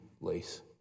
lace